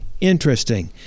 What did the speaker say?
Interesting